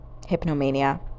hypnomania